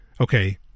Okay